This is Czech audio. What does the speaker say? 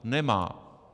Nemá.